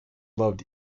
loved